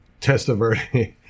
Testaverde